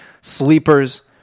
sleepers